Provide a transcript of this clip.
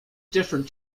different